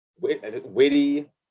Witty